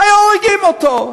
היו הורגים אותו.